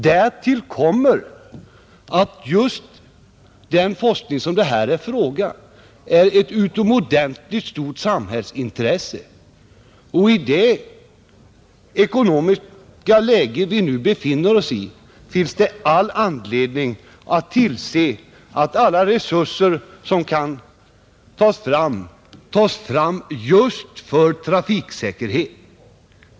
Därtill kommer att just den forskning varom det här är fråga är ett utomordentligt stort samhällsintresse, och i det ekonomiska läge som vi nu befinner oss i finns det all anledning att tillse att alla resurser som kan ägnas trafiksäkerheten verkligen tas fram.